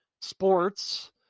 sports